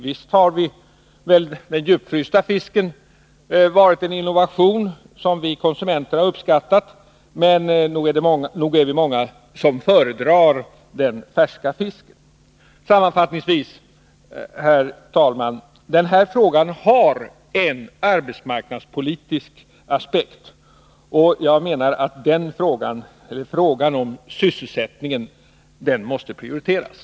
Visst har väl den djupfrysta fisken varit en innovation som vi konsumenter har uppskattat, men nog är det många som föredrar den färska fisken. Sammanfattningsvis, herr talman, har denna fråga en arbetsmarknadspolitisk aspekt, och jag menar att den frågan — frågan om sysselsättningen — bör prioriteras.